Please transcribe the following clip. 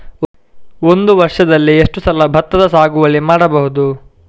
ಒಂದು ವರ್ಷದಲ್ಲಿ ಎಷ್ಟು ಸಲ ಭತ್ತದ ಸಾಗುವಳಿ ಮಾಡಬಹುದು?